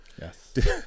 Yes